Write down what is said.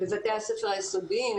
בבתי הספר היסודיים,